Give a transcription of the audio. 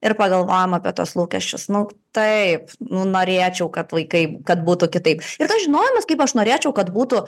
ir pagalvojam apie tuos lūkesčius nu juk taip nu norėčiau kad vaikai kad būtų kitaip ir tas žinojimas kaip aš norėčiau kad būtų